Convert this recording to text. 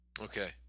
okay